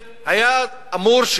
והיה אמור,